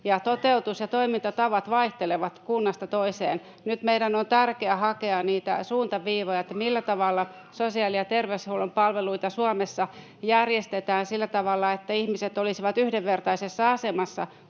toteutus ja toimintatavat vaihtelevat kunnasta toiseen. Nyt meidän on tärkeää hakea niitä suuntaviivoja, millä tavalla sosiaali- ja terveyshuollon palveluita Suomessa järjestetään sillä tavalla, että ihmiset olisivat yhdenvertaisessa asemassa